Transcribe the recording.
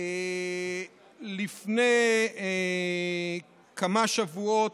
לפני כמה שבועות,